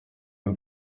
y’u